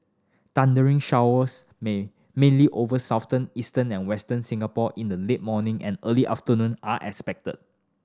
thundery showers main mainly over Southern Eastern and Western Singapore in the late morning and early afternoon are expected